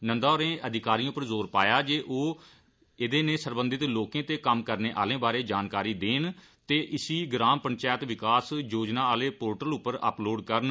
नंदा होरें अधिकारिएं पर जोर पाया जे ओह एहदे नै सरबंधत लोकें ते कम्म करने आले बारै जानकारी देने ते इसी ग्राम पंचैत विकास योजना आले पोर्टल पर अप लोड़ करन